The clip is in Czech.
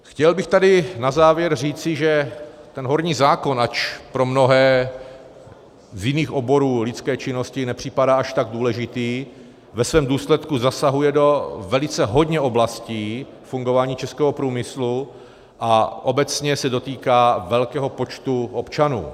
Chtěl bych tady na závěr říci, že ten horní zákon, ač pro mnohé z jiných oborů lidské činnosti nepřipadá až tak důležitý, ve svém důsledku zasahuje do velice hodně oblastí fungování českého průmyslu a obecně se dotýká velkého počtu občanů.